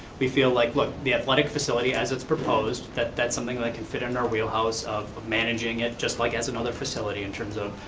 we feel like, look, the athletic facility as it's proposed that that's something that can fit in our wheelhouse of of managing it, just like as another facility in terms of,